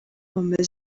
bamaze